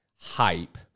hype